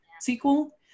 sequel